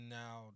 now